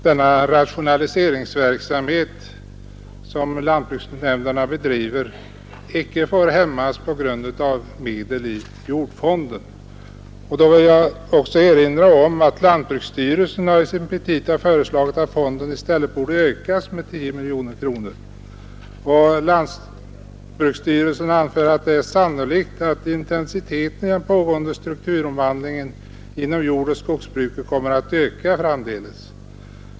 Denna rationaliseringsverksamhet som lantbruksnämnderna bedriver får icke hämmas på grund av brist på medel i jordfonden. Jag vill erinra om att lantbruksstyrelsen i sina petita föreslagit att fonden borde ökas med 10 miljoner kronor. Lantbruksstyrelsen anför: ”Det är sannolikt att intensiteten i den pågående strukturomvandlingen inom jordoch skogsbruket kommer att öka ytterligare framdeles.